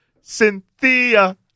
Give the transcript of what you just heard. Cynthia